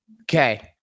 Okay